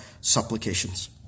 supplications